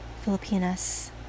Filipinas